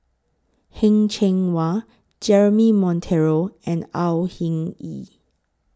Heng Cheng Hwa Jeremy Monteiro and Au Hing Yee